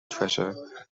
treasure